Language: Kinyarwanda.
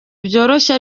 byoroshye